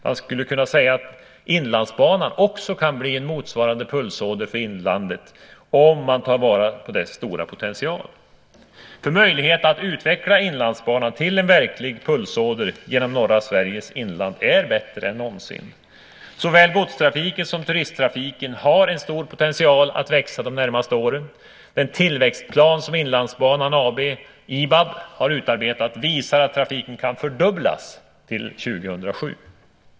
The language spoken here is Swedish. Man skulle kunna säga att Inlandsbanan också kan bli en motsvarande pulsåder för inlandet om man tar vara på dess stora potential, för möjligheten att utveckla Inlandsbanan till en verklig pulsåder genom norra Sveriges inland är bättre än någonsin. Såväl godstrafiken som turisttrafiken har en stor potential att växa de närmaste åren. Den tillväxtplan som Inlandsbanan AB, IBAB, har utarbetat visar att trafiken kan fördubblas till 2007.